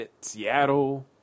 Seattle